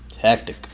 hectic